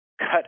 cut